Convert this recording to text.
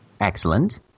excellent